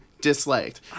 disliked